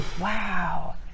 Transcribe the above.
Wow